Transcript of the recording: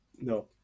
no